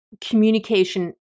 communication